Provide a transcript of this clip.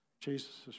Jesus